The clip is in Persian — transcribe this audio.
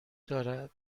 دارد